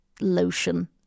lotion